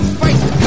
face